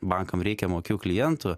bankam reikia mokių klientų